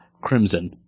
Crimson